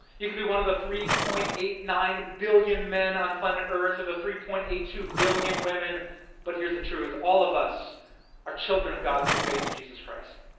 you can be one of the three point eight nine billion men on planet earth or the three point eight two billion women but here's the truth all of us are children of god through faith in jesus christ.